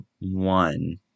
one